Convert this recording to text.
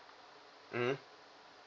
mm